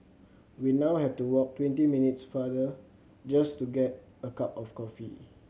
we now have to walk twenty minutes farther just to get a cup of coffee